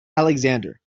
alexander